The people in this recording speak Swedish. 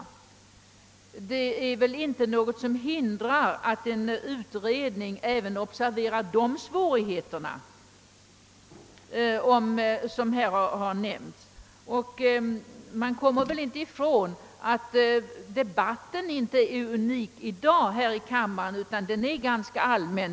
Det är väl ingenting som hindrar att en utredning observerar även de svårigheter som här har nämnts. Man kan inte komma ifrån att debatten här i kammaren i dag inte är unik utan ganska allmän.